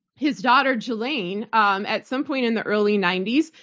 his daughter ghislaine, um at some point in the early ninety s,